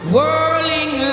Whirling